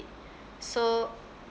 so